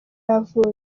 yavutse